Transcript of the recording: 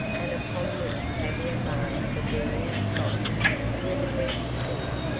and upon which tavia marked the various spots where the bench stood,